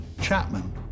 Chapman